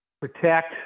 protect